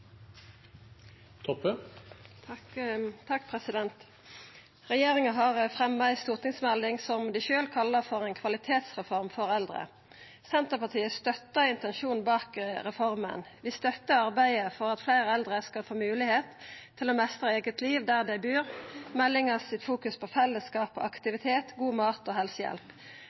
Regjeringa har fremja ei stortingsmelding som dei sjølv kallar ei «kvalitetsreform for eldre». Senterpartiet støttar intensjonen bak reforma. Vi støttar arbeidet for at fleire eldre skal få moglegheita til å meistra eige liv der dei bur. Meldinga set fokus på fellesskap og aktivitet, god mat og helsehjelp.